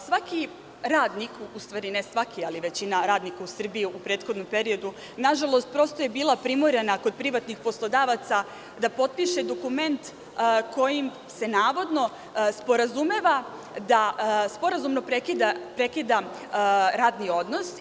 Svaki radnik, u stvari ne svaki, ali većina radnika u Srbiji je u prethodnom periodu, prosto je bila primorana kod privatnih poslodavaca da potpiše dokument kojim se navodno sporazumeva da sporazumno prekida radni odnos.